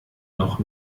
noch